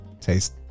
taste